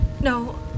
No